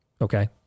Okay